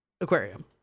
aquarium